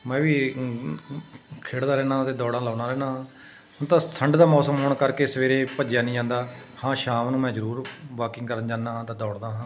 ਮੈਂ ਵੀ ਖੇਡਦਾ ਰਹਿੰਦਾ ਹਾਂ ਅਤੇ ਦੌੜਾਂ ਲਾਉਂਦਾ ਰਹਿੰਦਾ ਹਾਂ ਹੁਣ ਤਾਂ ਠੰਡ ਦਾ ਮੌਸਮ ਹੋਣ ਕਰਕੇ ਸਵੇਰੇ ਭੱਜਿਆ ਨਹੀਂ ਜਾਂਦਾ ਹਾਂ ਸ਼ਾਮ ਨੂੰ ਮੈਂ ਜ਼ਰੂਰ ਵਾਕਿੰਗ ਕਰਨ ਜਾਂਦਾ ਹਾਂ ਤਾਂ ਦੌੜਦਾ ਹਾਂ